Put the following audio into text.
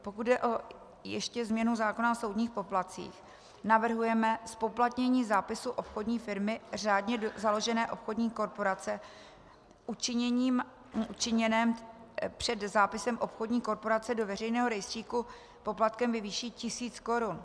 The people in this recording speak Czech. Pokud jde ještě o změnu zákona o soudních poplatcích, navrhujeme zpoplatnění zápisu obchodní firmy řádně založené obchodní korporace učiněný před zápisem obchodní korporace do veřejného rejstříku poplatkem ve výši tisíc korun.